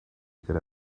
gyda